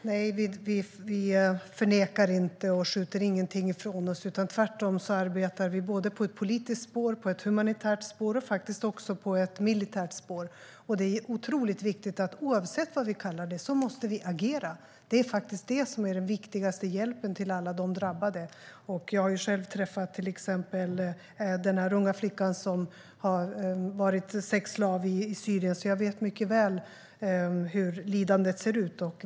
Herr talman! Vi förnekar inte och skjuter ingenting ifrån oss, utan tvärtom arbetar vi på ett politiskt spår, på ett humanitärt spår och faktiskt också på ett militärt spår. Det är otroligt viktigt att vi, oavsett vad vi kallar det, måste agera. Det är faktiskt den viktigaste hjälpen till alla de drabbade. Jag har själv träffat till exempel en ung flicka som har varit sexslav i Syrien, så jag vet mycket väl hur lidandet ser ut.